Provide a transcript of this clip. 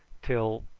till,